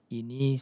ini